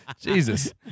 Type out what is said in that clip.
Jesus